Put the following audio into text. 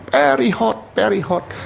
and hot, very hot.